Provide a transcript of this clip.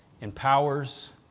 empowers